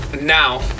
now